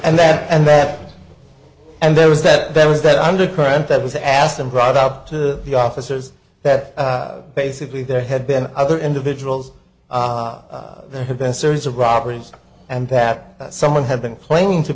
and then and then and there was that there was that undercurrent that was asked and brought up to the officers that basically there had been other individuals there had been series of robberies and that someone had been claiming to